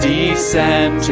Descend